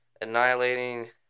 annihilating